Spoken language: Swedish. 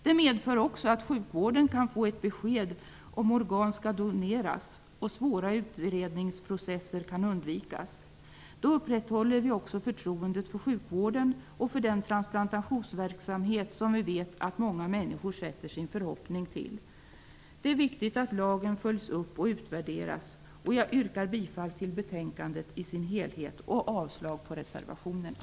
Det medför också att sjukvården kan få ett besked i frågan om organ skall doneras och att svåra utredningsprocesser kan undvikas. Då upprätthåller vi också förtroendet för sjukvården och för den transplantationsverksamhet som vi vet att många människor sätter sin förhoppning till. Det är viktigt att lagen följs upp och utvärderas. Jag yrkar bifall till utskottets hemställan i dess helhet och avslag på reservationerna.